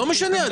לא משנה.